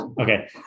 okay